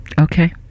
Okay